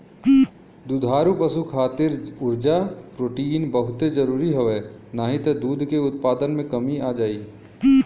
दुधारू पशु खातिर उर्जा, प्रोटीन बहुते जरुरी हवे नाही त दूध के उत्पादन में कमी आ जाई